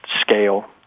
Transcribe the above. scale